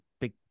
big